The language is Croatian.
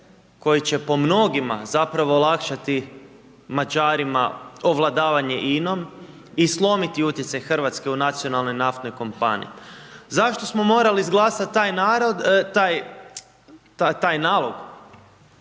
koji će po mnogima zapravo olakšati Mađarima ovladavanje INA-om i slomiti utjecaj RH u nacionalnoj naftnoj kompaniji. Zašto smo morali izglasat taj narod,